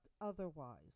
otherwise